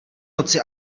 noci